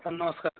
sir ନମସ୍କାର